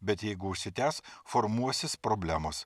bet jeigu užsitęs formuosis problemos